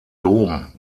dom